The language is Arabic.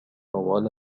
طوال